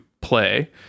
play